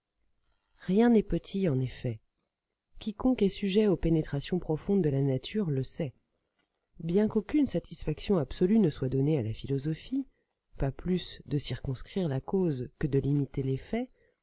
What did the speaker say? rien n'est petit en effet quiconque est sujet aux pénétrations profondes de la nature le sait bien qu'aucune satisfaction absolue ne soit donnée à la philosophie pas plus de circonscrire la cause que de limiter l'effet